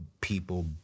people